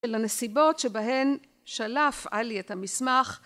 לנסיבות שבהן שלף עלי את המסמך